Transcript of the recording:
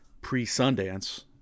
pre-Sundance